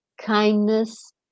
kindness